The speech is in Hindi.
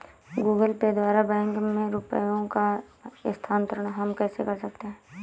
गूगल पे द्वारा बैंक में रुपयों का स्थानांतरण हम कैसे कर सकते हैं?